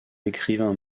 écrivains